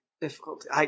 difficulty